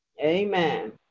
Amen